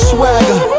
Swagger